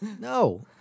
no